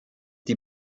die